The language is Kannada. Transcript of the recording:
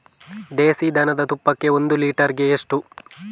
ದೇಸಿ ದನದ ತುಪ್ಪಕ್ಕೆ ಒಂದು ಲೀಟರ್ಗೆ ಎಷ್ಟು?